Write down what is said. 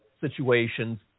situations